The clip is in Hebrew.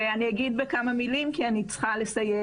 ואני אגיד בכמה מילים כי אני צריכה לסיים.